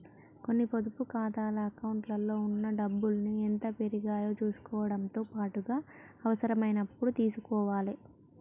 కొన్ని పొదుపు ఖాతాల అకౌంట్లలో ఉన్న డబ్బుల్ని ఎంత పెరిగాయో చుసుకోవడంతో పాటుగా అవసరమైనప్పుడు తీసుకోవాలే